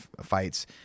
fights